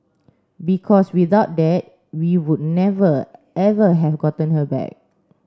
because without that we would never ever have gotten her back